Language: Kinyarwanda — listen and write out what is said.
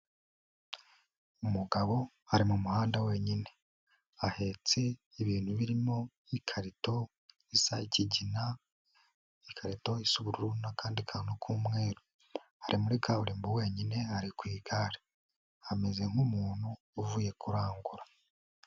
Umugabo ari mu muhanda wenyine, ahetse ibintu birimo nk'ikarito, risa ikigina, ikarito isa ubururu n'akandi kantu k'umweru, ari muri kaburimbo wenyine, ari ku igare ameze nk'umuntu uvuye kurangura.